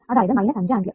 അതായത് 5 ആമ്പിയർ